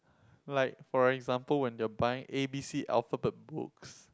like for example when you are buying A_B_C alphabet books